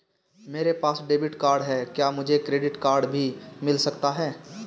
मेरे पास debit card है क्या मुझे क्रेडिट कार्ड भी मिल सकता है?